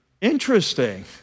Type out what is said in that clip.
Interesting